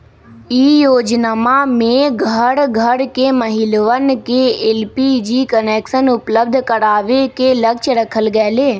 ई योजनमा में घर घर के महिलवन के एलपीजी कनेक्शन उपलब्ध करावे के लक्ष्य रखल गैले